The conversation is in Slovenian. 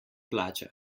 plača